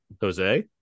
Jose